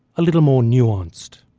a little more nuanced.